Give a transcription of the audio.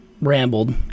rambled